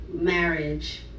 marriage